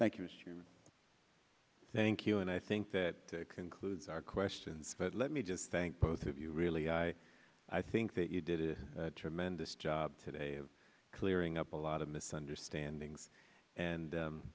chairman thank you and i think that concludes our questions but let me just thank both of you really i think that you did a tremendous job today of clearing up a lot of misunderstandings and